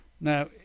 Now